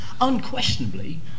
unquestionably